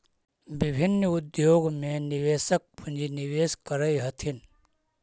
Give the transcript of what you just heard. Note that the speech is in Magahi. विभिन्न उद्योग में निवेशक पूंजी निवेश करऽ हथिन